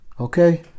okay